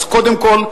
אז קודם כול,